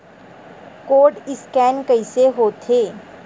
Code scan कइसे होथे?